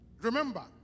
remember